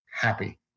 happy